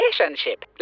relationship